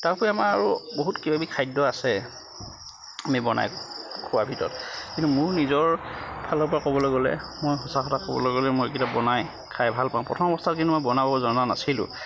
তাৰ উপৰি আমাৰ বহুত কিবা কিবি খাদ্য আছে আমি বনাই খোৱা ভিতৰত কিন্তু মোৰ নিজৰ ফালৰ পৰা ক'বলৈ গ'লে মই সঁচা কথা ক'বলৈ গ'লে মই এইকেইটা বনাই খাই ভাল পাওঁ প্ৰথম অৱস্থাত কিন্তু মই বনাব জনা নাছিলোঁ